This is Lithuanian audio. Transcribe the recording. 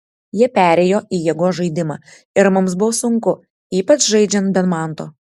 jie perėjo į jėgos žaidimą ir mums buvo sunku ypač žaidžiant be manto